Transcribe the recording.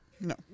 No